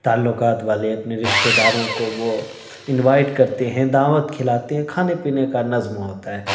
تعلقات والے اپنے رشتے داروں کو وہ انوائٹ کرتے ہیں دعوت کھلاتے ہیں کھانے پینے کا نظم ہوتا ہے